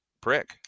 prick